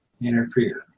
interfere